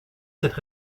cette